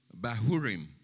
Bahurim